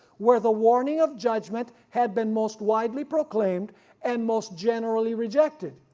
where the warning of judgment had been most widely proclaimed and most generally rejected,